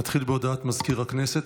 נתחיל בהודעת מזכיר הכנסת.